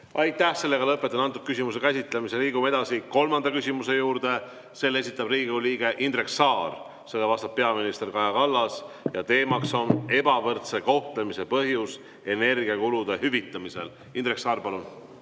Aitäh! Lõpetan selle küsimuse käsitlemise. Liigume edasi kolmanda küsimuse juurde. Selle esitab Riigikogu liige Indrek Saar, sellele vastab peaminister Kaja Kallas ja teema on ebavõrdse kohtlemise põhjus energiakulude hüvitamisel. Indrek Saar, palun!